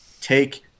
Take